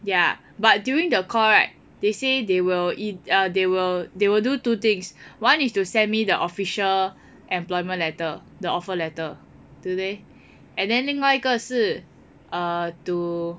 ya but during the call right they say they will either they will do two things one is to send me the official employment letter the offer letter today and then 另外一个是 uh to